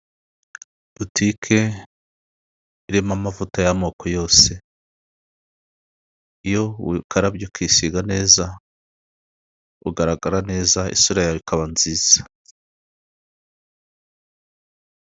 Butike irimo amavuta y'amoko yose, iyo ukarabya ukisiga neza ugaragara neza isura yawe ikaba nziza.